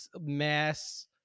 mass